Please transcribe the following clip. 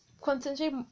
concentrate